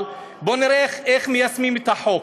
אבל בואו נראה איך מיישמים את החוק,